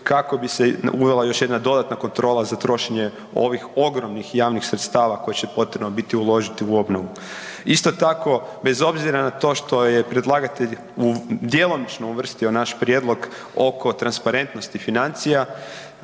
kako bi se uvela još jedna dodatna kontrola za trošenje ovih ogromnih javnih sredstava koje će potrebno biti uložiti u obnovu. Isto tako, bez obzira na to što je predlagatelj u, djelomično uvrstio naš prijedlog oko transparentnosti financija